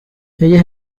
ella